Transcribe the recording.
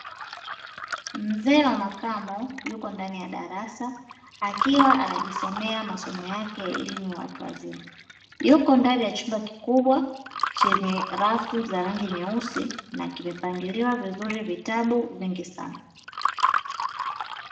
Mzee wa makamo yuko ndani ya darasa akiwa anajisomea masomo yake ya elimu ya watu wazima, yuko ndani ya chumba kikubwa chenye rafu za rangi nyeusi na kimepangiliwa vizuri vitabu vingi sana.